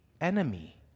enemy